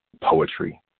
poetry